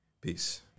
Peace